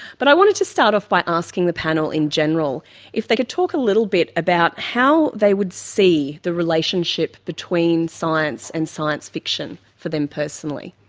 but i wanted to start off by asking the panel in general if they could talk a little bit about how they would see the relationship between science and science fiction for them personally.